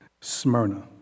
Smyrna